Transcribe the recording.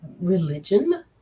religion